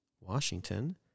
Washington